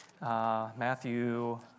Matthew